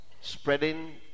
spreading